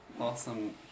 awesome